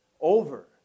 over